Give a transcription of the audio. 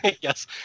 Yes